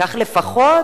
כך, לפחות,